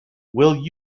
will